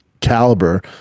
caliber